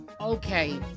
Okay